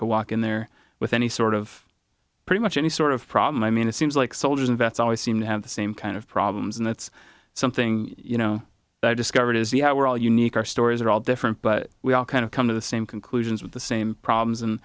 could walk in there with any sort of pretty much any sort of problem i mean it seems like soldiers and vets always seem to have the same kind of problems and that's something you know i discovered is that we're all unique our stories are all different but we all kind of come to the same conclusions with the same problems and